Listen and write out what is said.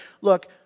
look